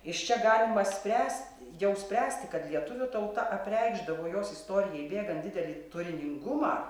iš čia galima spręsti jau spręsti kad lietuvių tauta apreikšdavo jos istorijai bėgant didelį turiningumą